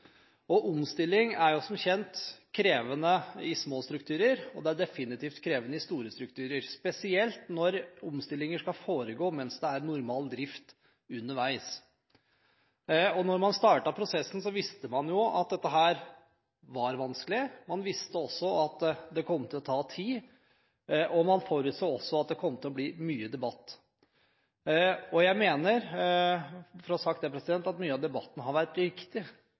debattene. Omstilling er som kjent krevende i små strukturer, og det er definitivt krevende i store strukturer, spesielt når omstillinger skal foregå mens det er normal drift underveis. Da man startet prosessen, visste man jo at dette var vanskelig, man visste også at det kom til å ta tid, og man forutså at det kom til å bli mye debatt. Jeg mener – for å ha sagt det – at mye av debatten har vært riktig.